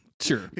sure